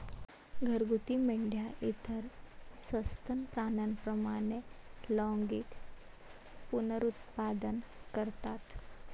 घरगुती मेंढ्या इतर सस्तन प्राण्यांप्रमाणे लैंगिक पुनरुत्पादन करतात